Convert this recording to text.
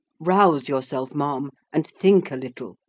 rouse yourself, ma'am, and think a little.